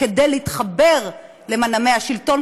כדי להתחבר למנעמי השלטון,